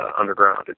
underground